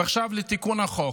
ועכשיו לתיקון החוק,